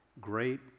great